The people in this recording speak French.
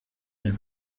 elle